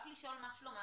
אלא רק לשאול מה שלומם.